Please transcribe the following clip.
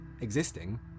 existing